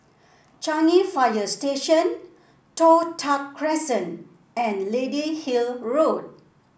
Changi Fire Station Toh Tuck Crescent and Lady Hill Road